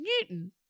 Newton